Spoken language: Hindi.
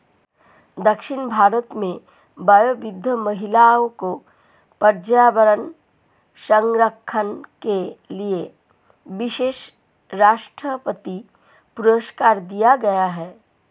दक्षिण भारत में वयोवृद्ध महिला को पर्यावरण संरक्षण के लिए विशेष राष्ट्रपति पुरस्कार दिया गया है